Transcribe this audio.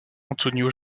antonio